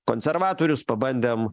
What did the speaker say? konservatorius pabandėm